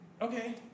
Okay